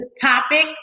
topics